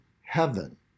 heaven